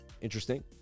Interesting